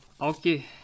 Okay